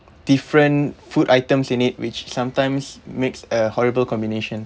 different food items in it which sometimes makes a horrible combination